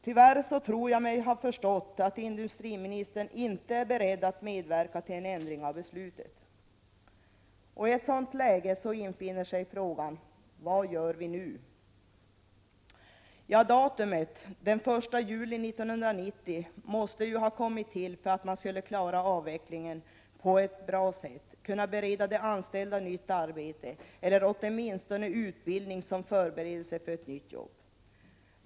Tyvärr tror jag mig ha förstått att industriministern inte är beredd att medverka till en ändring av beslutet. I ett sådant läge inställer sig frågan: Vad gör vi nu? Datumet, den 1 juli 1990, måste ju ha kommit till för att man skulle klara avvecklingen på ett bra sätt, kunna bereda de anställda nytt arbete eller åtminstone utbildning som förberedelse för ett nytt jobb.